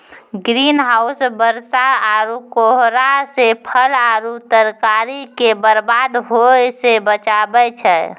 green house बरसा आरु कोहरा से फल आरु तरकारी के बरबाद होय से बचाबै छै